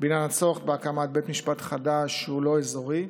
בעניין הצורך בהקמת בית משפט חדש שהוא לא אזורי,